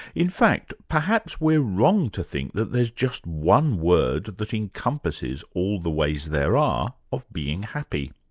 in fact, perhaps we're wrong to think that there's just one word that encompasses all the ways there are of being happy.